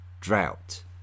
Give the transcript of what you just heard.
drought